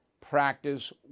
practice